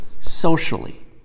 socially